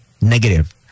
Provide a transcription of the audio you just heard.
negative